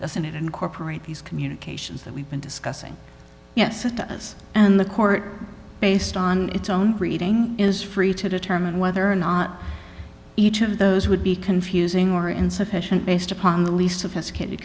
doesn't it incorporate these communications that we've been discussing yes it does and the court based on its own reading is free to determine whether or not each of those would be confusing or insufficient based upon the least sophisticated